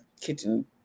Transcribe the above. kitchen